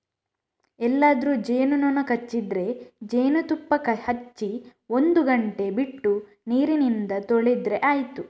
ಎಲ್ಲಾದ್ರೂ ಜೇನು ನೊಣ ಕಚ್ಚಿದ್ರೆ ಜೇನುತುಪ್ಪ ಹಚ್ಚಿ ಒಂದು ಗಂಟೆ ಬಿಟ್ಟು ನೀರಿಂದ ತೊಳೆದ್ರೆ ಆಯ್ತು